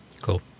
cool